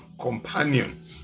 companion